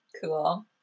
Cool